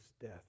death